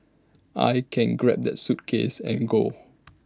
I can grab that suitcase and go